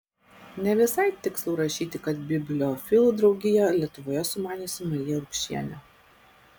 ne visai tikslu rašyti kad bibliofilų draugiją lietuvoje sumaniusi marija urbšienė